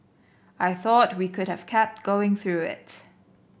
I thought we could have kept going through it